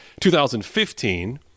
2015